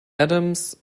adams